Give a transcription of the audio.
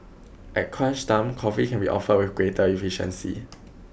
at crunch time coffee can be offered with greater efficiency